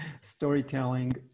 storytelling